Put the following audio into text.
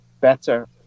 better